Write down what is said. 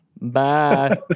Bye